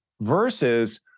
versus